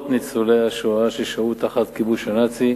ניצולי השואה ששהו תחת הכיבוש הנאצי.